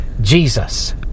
Jesus